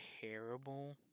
terrible